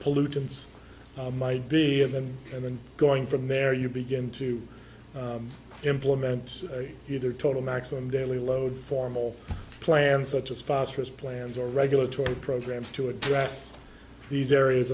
pollutants might be of them and then going from there you begin to implement their total maximum daily load formal plan such as phosphorus plans or regulatory programs to address these areas